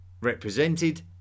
Represented